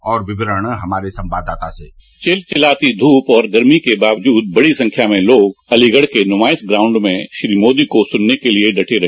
और विवरण हमारे संवाददाता से चिलचिलाती धूप और गर्मी के बावजूद बड़ी संख्या में लोग अलीगढ़ के नुमाइरा ग्राउंड में श्री मोदी को सुनने के लिए डटे रहे